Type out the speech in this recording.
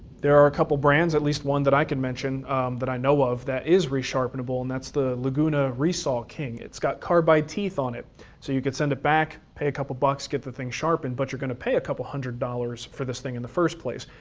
there are a couple brands, at least one that i can mention that i know of that is resharpenable and that's the laguna resaw king. it's got carbide teeth on it so you can send it back, pay a couple bucks, get the thing sharpened, but you're gonna pay a couple hundred dollars for this thing in the first place.